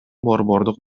борбордук